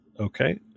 Okay